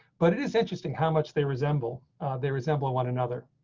but it is interesting how much they resemble they resemble one another.